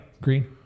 green